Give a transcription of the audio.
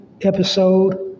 episode